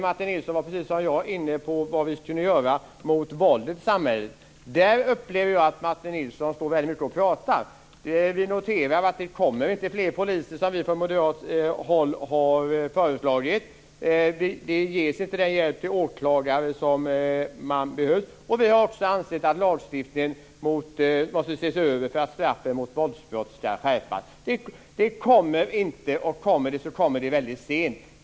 Martin Nilsson var precis som jag inne på vad vi kunde göra mot våldet i samhället. När det gäller detta upplever jag att Martin Nilsson pratar väldigt mycket. Vi noterar att det inte blir fler poliser, vilket vi från moderat håll har föreslagit. Åklagarna får inte den hjälp som de behöver. Vi anser också att lagstiftningen måste ses över för att straffen för våldsbrott ska skärpas. Detta kommer inte, och om det kommer så kommer det väldigt sent.